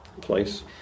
place